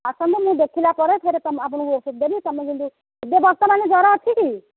ଆସନ୍ତୁ ମୁଁ ଦେଖିଲା ପରେ ଫେରେ ତମେ ଆପଣଙ୍କୁ ଔଷଧ ଦେବି ତୁମେ ଯେମିତି ଏବେ ବର୍ତ୍ତମାନ ଜ୍ୱର ଅଛି କି